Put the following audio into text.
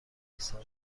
نیسان